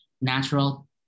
natural